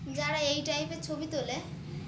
যারা এই টাইপের ছবি তোলে